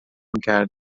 کرد